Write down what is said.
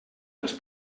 dels